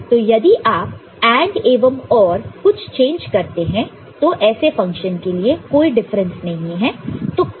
तो यदि आप AND एवं OR कुछ चेंज करते हैं तो ऐसे फंक्शन के लिए कोई डिफरेंस नहीं है